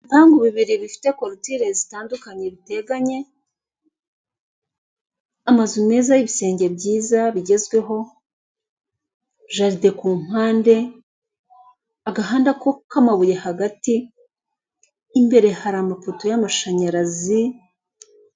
Ibipangu bibiri bifite kolutile zitandukanye biteganye amazu meza yibisenge byiza bigezweho jaride kumpande agahanda k'amabuye hagati imbere hari amapoto y'amashanyarazi.